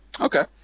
Okay